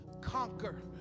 Conquer